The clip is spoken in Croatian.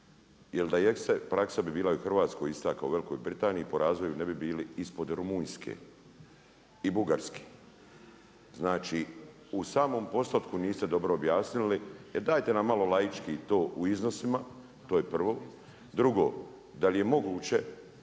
jer da jeste praksa bi bila ista i u Hrvatskoj kao i u Velikoj Britaniji po razvoju ne bi bili ispod Rumunjske i Bugarske. Znači u samom postotku niste dobro objasnili jer dajte nam malo laički to u iznosima, to je prvo. Drugo, da li je moguće